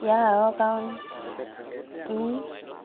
ইয়াৰ আঁৰৰ কাৰণ কি